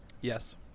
Yes